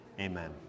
Amen